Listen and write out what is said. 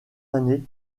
années